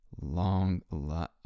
long